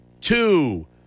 two